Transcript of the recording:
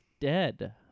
dead